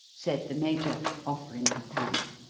said the major, offering his hand.